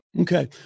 okay